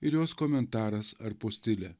ir jos komentaras ar postilė